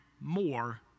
more